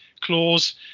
clause